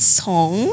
song